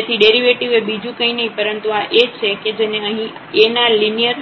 તેથી ડેરિવેટિવ એ બીજું કંઈ નહીં પરંતુ આ A છે કે જેને અહીં A ના લે નિયર